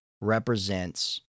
represents